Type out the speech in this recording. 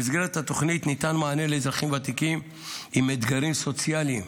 במסגרת התוכנית ניתן מענה לאזרחים ותיקים עם אתגרים סוציאליים,